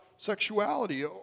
Sexuality